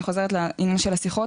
אני חוזרת לעניין של השיחות,